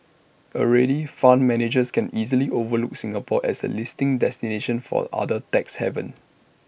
already fund managers can easily overlook Singapore as A listing destination for other tax havens